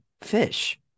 fish